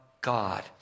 God